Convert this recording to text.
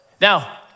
Now